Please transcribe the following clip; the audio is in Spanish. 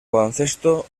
baloncesto